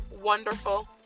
wonderful